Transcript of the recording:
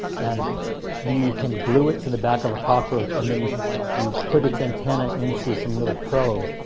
and you can glue it to the back of a cockroach, and then you you put its antenna into some little probes.